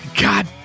God